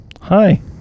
Hi